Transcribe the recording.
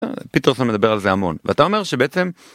פיטרסון מדבר על זה המון, ואתה אומר שבעצם.